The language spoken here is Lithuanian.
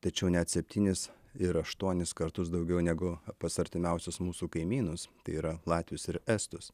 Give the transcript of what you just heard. tačiau net septynis ir aštuonis kartus daugiau negu pas artimiausius mūsų kaimynus tai yra latvius ir estus